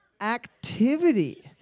activity